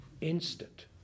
Instant